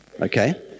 Okay